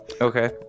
Okay